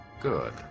Good